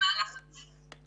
במהלך הדיון.